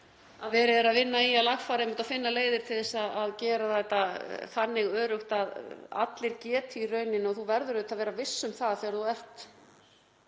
er verið að vinna í að lagfæra og finna leiðir til að gera þetta þannig öruggt að allir geti í rauninni — og þú verður auðvitað að vera viss um það að þegar þú ert